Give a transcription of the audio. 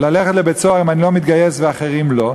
ללכת לבית-סוהר אם אני לא מתגייס ואחרים לא?